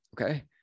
okay